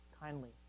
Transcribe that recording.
kindly